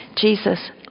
Jesus